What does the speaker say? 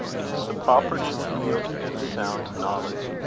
it is the property of good and sound knowledge,